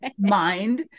mind